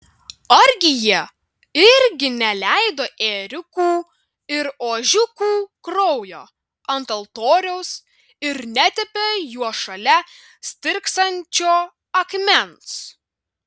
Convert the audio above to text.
argi jie irgi neleido ėriukų ir ožiukų kraujo ant altoriaus ir netepė juo šalia stirksančio akmens